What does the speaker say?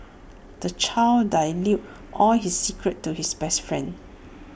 the child divulged all his secrets to his best friend